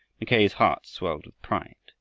mackay's heart swelled with pride.